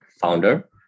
founder